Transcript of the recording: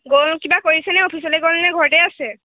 গ'ল কিবা কৰিছেনে অফিচলৈ গ'লনে ঘৰতে আছে